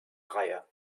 reihe